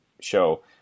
show